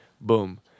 Boom